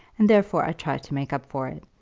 and therefore i tried to make up for it,